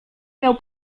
miał